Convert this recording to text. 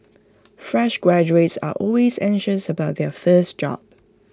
fresh graduates are always anxious about their first job